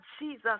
Jesus